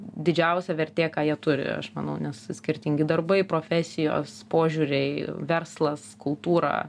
didžiausia vertė ką jie turi aš manau nes skirtingi darbai profesijos požiūriai verslas kultūra